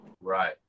Right